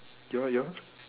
your your